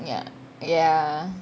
ya ya